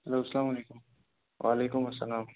hello اَلسلامُ علیکُم وعلیکُم السلام